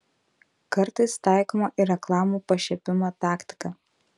kartais taikoma ir reklamų pašiepimo taktika